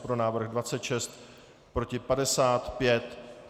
Pro návrh 26, proti 55.